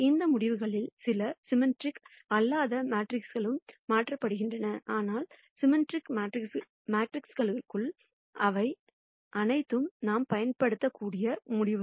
இந்த முடிவுகளில் சில சிம்மெட்ரிக் அல்லாத மேட்ரிக்ஸ்க்குகளுக்கும் மாற்றப்படும் ஆனால் சிம்மெட்ரிக் மேட்ரிக்ஸ்க்குகளுக்கு இவை அனைத்தும் நாம் பயன்படுத்தக்கூடிய முடிவுகள்